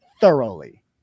thoroughly